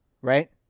Right